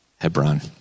Hebron